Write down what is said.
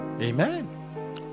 Amen